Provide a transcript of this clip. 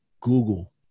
Google